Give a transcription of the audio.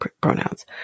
pronouns